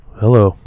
hello